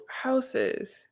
houses